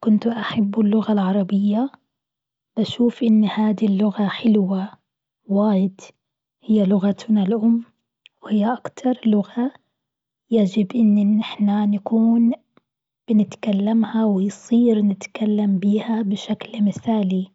كنت أحب اللغة العربية، بشوف إن هذه اللغة حلوة واجد هي لغتنا الأم وهي أكتر لغة يجب أن نحن نكون بنتكلمها، ويصير نتكلم بها بشكل مثالي،